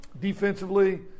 defensively